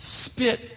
spit